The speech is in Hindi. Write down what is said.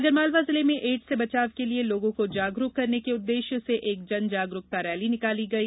आगरमालवा जिले में एड्स से बचाव के लिये लोगों को जागरूक करने के उद्देश्य से एक जनजागरूकता रैली निकाली गई